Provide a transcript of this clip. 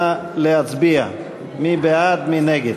נא להצביע מי בעד ומי נגד.